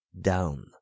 Down